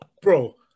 Bro